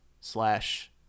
slash